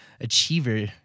Achiever